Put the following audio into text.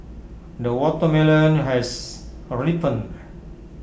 the watermelon has ripened